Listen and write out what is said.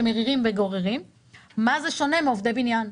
מה זה שונה מעובדי בניין?